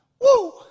Woo